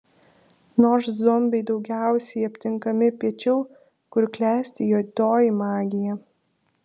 nors zombiai daugiausiai aptinkami piečiau kur klesti juodoji magija